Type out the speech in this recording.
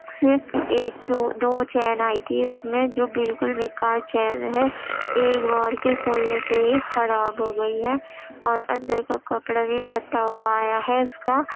صرف ایک دو دو چین آئی تھی اس میں جو بالکل بیکار چین ہے ایک بار کے کھولنے پہ ہی خراب ہوگئی ہے اور اندر کا کپڑا بھی پھٹا ہوا آیا ہے اس کا